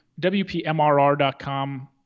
wpmrr.com